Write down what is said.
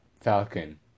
Falcon